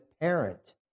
parent